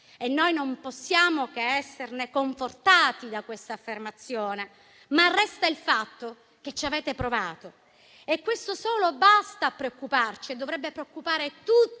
e noi non possiamo che essere confortati da questa affermazione. Ma resta il fatto che ci avete provato e già questo basta a preoccuparci e dovrebbe preoccupare tutti